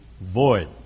void